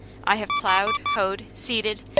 i have plowed, hoed, seeded,